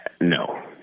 No